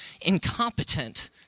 incompetent